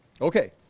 Okay